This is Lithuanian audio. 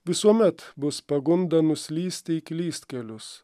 visuomet bus pagunda nuslysti į klystkelius